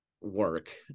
work